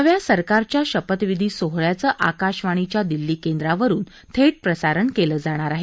नव्या सरकारच्या शपथविधी सोहळ्याचं आकाशवाणीच्या दिल्ली केंद्रावरून थेट प्रसारण केलं जाणार आहे